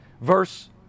Verse